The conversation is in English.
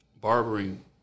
barbering